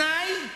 תנאי: